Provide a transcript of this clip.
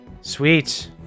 Sweet